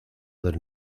del